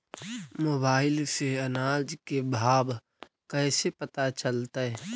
Mobile से अनाज के भाव कैसे पता चलतै?